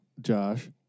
Josh